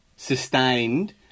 Sustained